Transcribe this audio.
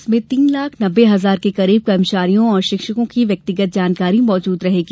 इसमें तीन लाख नब्बे हजार के करीब कर्मचारियों और शिक्षकों की व्यक्तिगत जानकारी मौजूद रहेगी